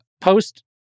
post